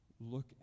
Look